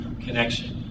connection